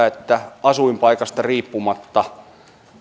että asuinpaikasta riippumatta